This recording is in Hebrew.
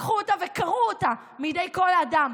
לקחו אותה וקרעו אותה מידי כל האדם,